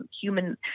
human